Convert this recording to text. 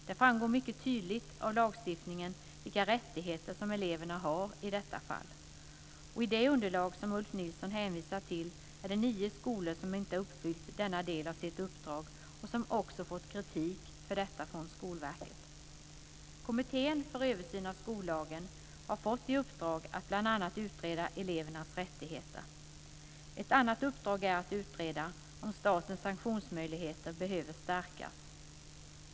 Det framgår mycket tydligt av lagstiftningen vilka rättigheter som eleverna har i detta fall. I det underlag som Ulf Nilsson hänvisar till är det nio skolor som inte har uppfyllt denna del av sitt uppdrag och som också fått kritik för detta från Skolverket. 1999:15) har fått i uppdrag att bl.a. utreda elevernas rättigheter. Ett annat uppdrag är att utreda om statens sanktionsmöjligheter behöver stärkas.